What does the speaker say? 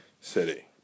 city